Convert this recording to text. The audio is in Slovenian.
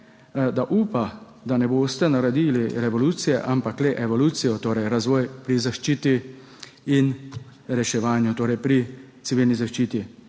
da upa, da ne boste naredili revolucije, ampak le evolucijo, torej razvoj pri zaščiti in reševanju, torej pri civilni zaščiti.